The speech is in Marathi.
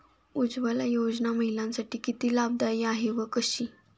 उज्ज्वला योजना महिलांसाठी किती लाभदायी आहे व कशी?